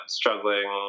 struggling